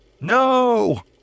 No